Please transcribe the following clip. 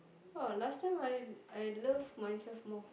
oh last time I I love myself more